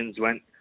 went